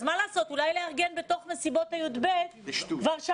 אז מה לעשות - אולי לארגן בתוך מסיבות הי"ב לא,